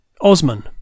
Osman